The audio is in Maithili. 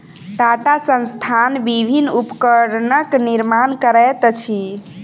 टाटा संस्थान विभिन्न उपकरणक निर्माण करैत अछि